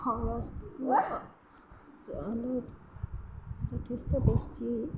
খৰছটো অলপ যথেষ্ট বেছি